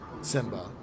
Simba